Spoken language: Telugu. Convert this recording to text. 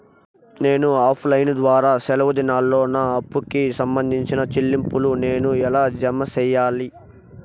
నేను ఆఫ్ లైను ద్వారా సెలవు దినాల్లో నా అప్పుకి సంబంధించిన చెల్లింపులు నేను ఎలా జామ సెయ్యాలి?